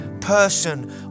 person